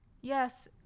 yes